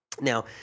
Now